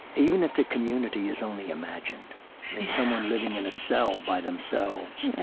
even if the community is only imagined. i mean someone living in a cell by themselves,